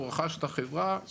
הוא רכש את החברה ---.